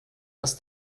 das